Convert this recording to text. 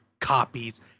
copies